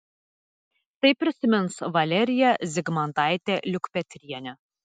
tai prisimins valerija zigmantaitė liukpetrienė